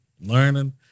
learning